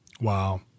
Wow